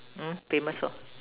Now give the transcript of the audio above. mm famous for